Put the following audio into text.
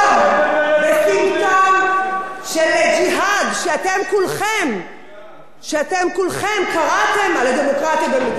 בסימפטום של ג'יהאד שאתם כולכם קראתם על הדמוקרטיה במדינת ישראל.